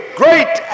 great